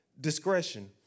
discretion